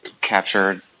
captured